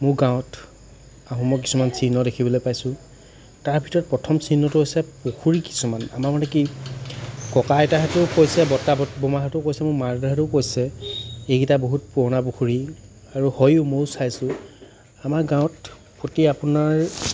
মোৰ গাঁৱত আহোমৰ কিছুমান চিহ্ন দেখিবলৈ পাইছোঁ তাৰ ভিতৰত প্ৰথম চিহ্নটো হৈছে পুখুৰী কিছুমান আমাৰ মানে কি ককা আইতাহঁতেও কৈছে বৰ্তা বৰমাহঁতেও কৈছে মোৰ মা দেউতাহঁতেও কৈছে এইকেইটা বহুত পুৰণা পুখুৰী আৰু হয়ও ময়ো চাইছোঁ আমাৰ গাঁৱত প্ৰতি আপোনাৰ